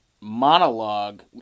monologue